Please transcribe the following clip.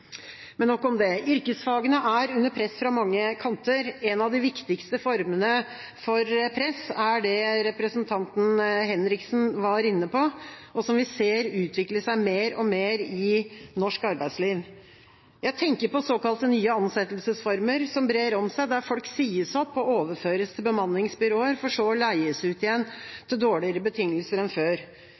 Men nok om det. Yrkesfagene er under press fra mange kanter. En av de viktigste formene for press er det representanten Henriksen var inne på, og som vi ser utvikle seg mer og mer i norsk arbeidsliv. Jeg tenker på såkalte nye ansettelsesformer som brer om seg, der folk sies opp og overføres til bemanningsbyråer, for så å leies ut igjen til dårligere betingelser enn før.